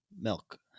milk